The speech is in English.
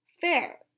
fair